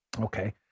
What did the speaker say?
Okay